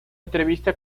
entrevista